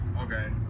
Okay